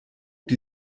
die